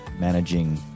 managing